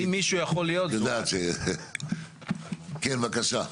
כן בבקשה.